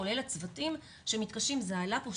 כולל הצוותים שמתקשים וזה עלה פה,